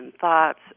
thoughts